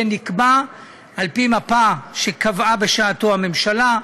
שנקבע על פי מפה שקבעה בשעתו הממשלה: